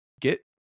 get